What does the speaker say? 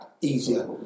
easier